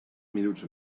minuts